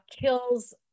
kills